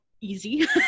easy